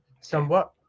somewhat